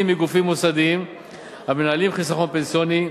מגופים מוסדיים המנהלים חיסכון פנסיוני.